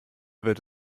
wird